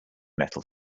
metal